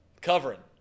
Covering